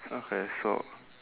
okay so